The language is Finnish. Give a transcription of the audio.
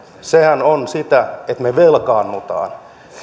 sehän on sitä että me velkaannumme